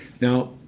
Now